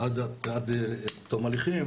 עד תום ההליכים,